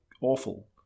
awful